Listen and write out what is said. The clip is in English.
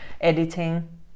editing